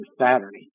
Saturday